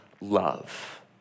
love